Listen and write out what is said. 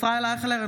ישראל אייכלר,